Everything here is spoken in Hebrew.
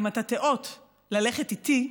אם אתה תיאות ללכת איתי,